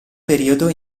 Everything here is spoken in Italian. periodo